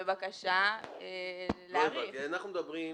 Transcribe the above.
בקב"א על פעם